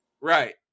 Right